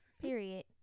Period